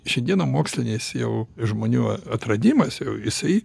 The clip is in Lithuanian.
šiandiena mokslinis jau žmonių a atradimas jau jisai